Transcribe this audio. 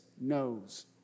knows